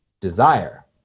desire